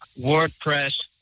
wordpress